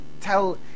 tell